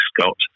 Scott